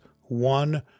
one